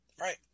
Right